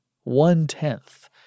One-tenth